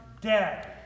dead